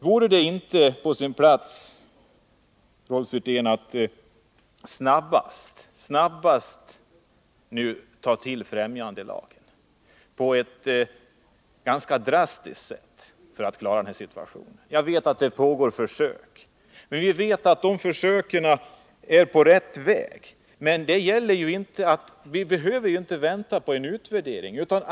Vore det inte på sin plats, Rolf Wirtén, att nu så snabbt som möjligt och på ett drastiskt sätt ta till främjandelagen för att klara denna situation? Jag vet att det pågår försök och att de försöken är på rätt väg, men vi behöver inte vänta på en utvärdering.